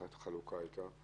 איך החלוקה הייתה?